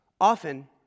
often